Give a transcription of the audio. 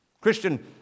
Christian